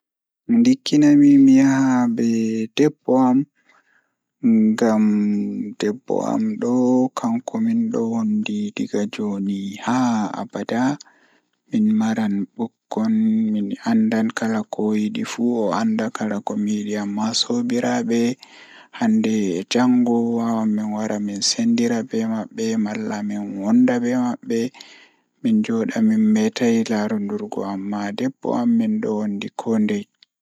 Ndikkinami mi yaha be debbo am ngam debbo am do kanko mindo wondi egaa jooni haa abada mi maran bikkon mi andan kala ko o mari haaje pat o andan kala komi mari haaje pat, Amma soobiraabe hande e jango wawan min wara min sendira be mabbe malla min wonda be mabbe min jooda min metai laarugo, Amma debbo am mindon wondiko ndei.